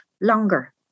longer